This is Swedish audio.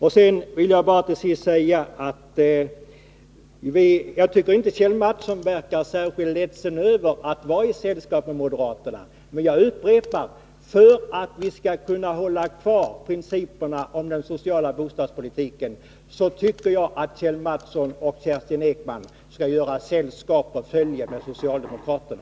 Jag vill bara till sist säga att jag inte tycker att Kjell Mattsson verkar särskilt ledsen över att vara i sällskap med moderaterna. Men jag upprepar: För att vi skall kunna hålla kvar principerna om den sociala bostadspolitiken tycker jag att Kjell Mattsson och Kerstin Ekman skall göra sällskap med och följa socialdemokraterna.